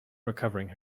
recovering